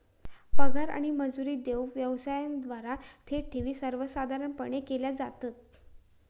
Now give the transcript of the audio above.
पगार आणि मजुरी देऊक व्यवसायांद्वारा थेट ठेवी सर्वसाधारणपणे केल्या जातत